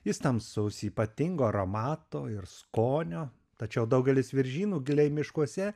jis tamsus ypatingo aromato ir skonio tačiau daugelis viržynų giliai miškuose